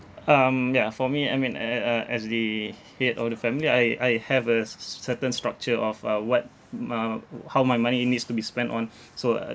um ya for me I mean uh uh uh as the h~ head of the family I I have a cer~ certain structure of uh what m~ wou~ how my money needs to be spent on so uh